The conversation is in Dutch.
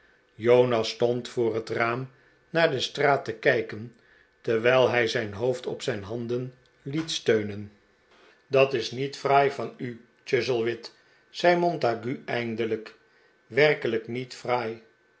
jonas stond voor het raam naar de straat te kijken terwijl hij zijn hoofd op zijn handen liet steunen dat is niet fraai van u chuzzlewit zei montague eindelijk werkelijk niet